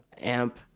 amp